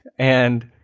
and